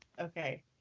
Okay